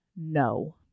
No